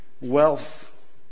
Wealth